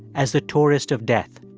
as the tourist of death.